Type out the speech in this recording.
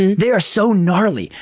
and they are so gnarly.